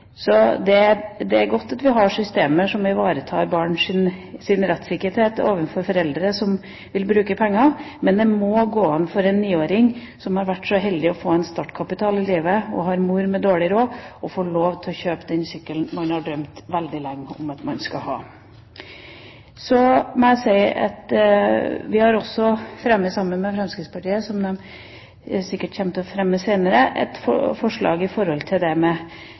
ivaretar barns rettssikkerhet overfor foreldre som vil bruke penger, men det må gå an for en niåring som har vært så heldig å få en startkapital i livet, og har en mor med dårlig råd, å få lov til å kjøpe den sykkelen hun har drømt veldig lenge om at hun skal få. Så har vi et forslag sammen med Fremskrittspartiet, som de sikkert kommer til å fremme senere, om digitale tjenester. Vi mener at dette fortsatt er veldig uklart, og det